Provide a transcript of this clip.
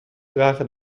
dragen